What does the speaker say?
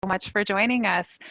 much for joining us.